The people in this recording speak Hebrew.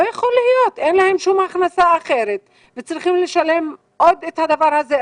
לא יכול להיות שהם יצטרכו לשלם את הדברים האלו כשאין להם הכנסה.